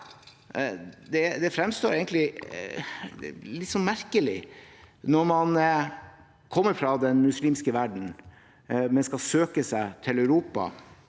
Det fremstår litt merkelig når man kommer fra den muslimske verden, men skal søke seg til Europa.